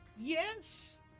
Yes